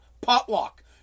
Potluck